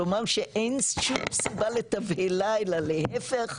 לומר שאין שום סיבה לתבהלה אלא להיפך,